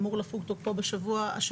אמור לפוג תוקפו השבוע,